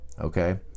Okay